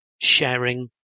sharing